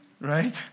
right